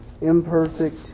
imperfect